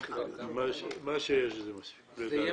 מה שיש זה מספיק, לדעתי.